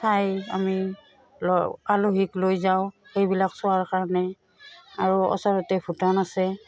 ঠাই আমি আলহীক লৈ যাওঁ সেইবিলাক চোৱাৰ কাৰণে আৰু ওচৰতে ভূটান আছে